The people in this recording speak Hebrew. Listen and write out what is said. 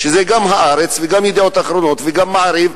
שזה גם "הארץ" וגם "ידיעות אחרונות" וגם "מעריב"